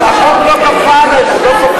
אבל החוק לא כפה עלינו.